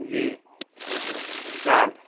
যে জাল